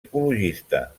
ecologista